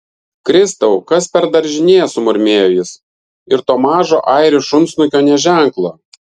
kristau kas per daržinė sumurmėjo jis ir to mažo airių šunsnukio nė ženklo